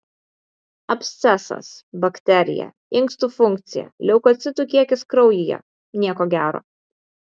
abscesas bakterija inkstų funkcija leukocitų kiekis kraujyje nieko gero